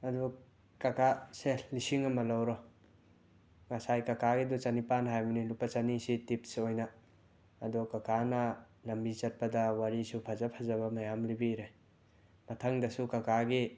ꯑꯗꯣ ꯀꯀꯥ ꯁꯦ ꯂꯤꯁꯤꯡ ꯑꯃ ꯂꯧꯔꯣ ꯉꯁꯥꯏ ꯀꯀꯥꯒꯤꯗꯣ ꯆꯥꯅꯤꯄꯥꯟ ꯍꯥꯏꯕꯅꯤ ꯂꯨꯄꯥ ꯆꯅꯤꯁꯤ ꯇꯤꯞꯁ ꯑꯣꯏꯅ ꯑꯗꯣ ꯀꯀꯥꯅ ꯂꯝꯕꯤ ꯆꯠꯄꯗ ꯋꯥꯔꯤꯁꯨ ꯐꯖ ꯐꯖꯕ ꯃꯌꯥꯝ ꯂꯤꯕꯤꯔꯦ ꯃꯊꯪꯗꯁꯨ ꯀꯀꯥꯒꯤ